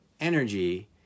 energy